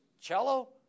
cello